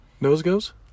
Nose-goes